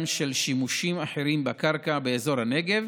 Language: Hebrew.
של שימושים אחרים בקרקע באזור הנגב,